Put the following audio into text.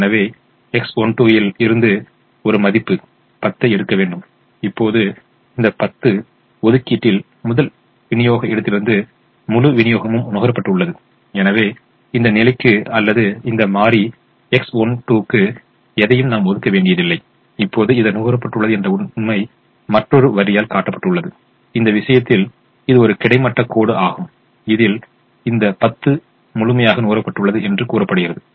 எனவே X12 ல் இருந்து ஒரு மதிப்பு 10 ஐ எடுக்க வேண்டும் இப்போது இந்த 10 ஒதுக்கீட்டில் முதல் விநியோக இடத்திலிருந்து முழு விநியோகமும் நுகரப்பட்டுள்ளது எனவே இந்த நிலைக்கு அல்லது இந்த மாறி X13 க்கு எதையும் நாம் ஒதுக்க வேண்டியதில்லை இப்போது இது நுகரப்பட்டுள்ளது என்ற உண்மை மற்றொரு வரியால் காட்டப்பட்டுள்ளது இந்த விஷயத்தில் இது ஒரு கிடைமட்ட கோடு ஆகும் இதில் இந்த 10 முழுமையாக நுகரப்பட்டுள்ளது என்று கூறப்படுகிறது